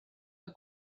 for